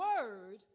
word